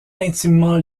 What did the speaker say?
intimement